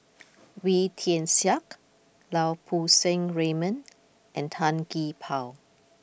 Wee Tian Siak Lau Poo Seng Raymond and Tan Gee Paw